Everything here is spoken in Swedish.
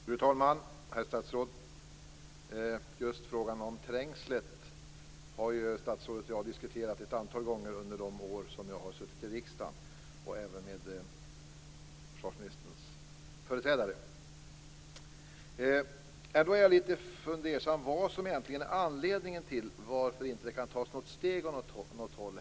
Fru talman! Herr statsråd! Just frågan om Trängslet har ju statsrådet och jag diskuterat ett antal gånger under de år som jag har suttit i riksdagen, och det har jag gjort även med försvarsministerns företrädare. Ändå är jag lite fundersam över vad som egentligen är anledningen till varför det inte kan tas något steg åt något håll.